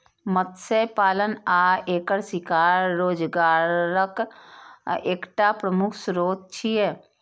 मत्स्य पालन आ एकर शिकार रोजगारक एकटा प्रमुख स्रोत छियै